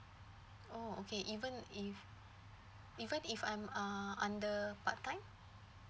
oh okay even if even if I'm uh under part time